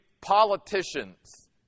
politicians